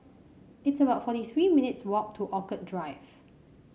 it's about forty three minutes walk to Orchid Drive